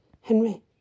Henry